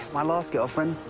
my last girlfriend.